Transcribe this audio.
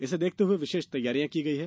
इसे देखते हुए विषेष तैयारियां की गई है